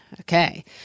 Okay